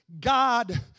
God